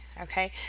Okay